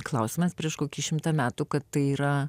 klausimas prieš kokį šimtą metų kad tai yra